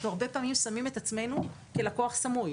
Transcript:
אנחנו הרבה פעמים שמים את עצמנו כלקוח סמוי.